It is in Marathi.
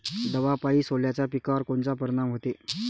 दवापायी सोल्याच्या पिकावर कोनचा परिनाम व्हते?